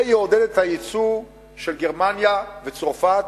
זה יעודד את היצוא של גרמניה וצרפת,